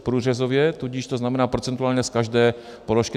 Průřezově, tudíž to znamená procentuálně z každé položky.